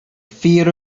fear